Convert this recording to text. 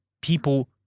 people